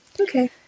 Okay